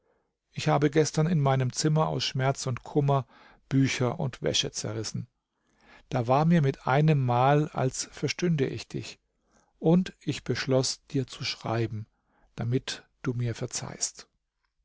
ich habe gestern in meinem zimmer aus schmerz und kummer bücher und wäsche zerrissen da war mir mit einem mal als verstünde ich dich und ich beschloß dir zu schreiben damit du mir verzeihst